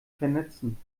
vernetzen